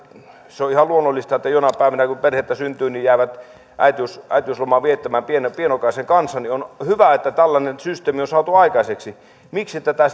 se on ihan luonnollista että jonain päivänä kun perhettä syntyy nuoret naiset jäävät äitiyslomaa viettämään pienokaisen kanssa tällaiselle työnantajalle on hyvä että tällainen systeemi on saatu aikaiseksi miksi tätä